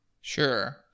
sure